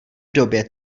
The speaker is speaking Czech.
době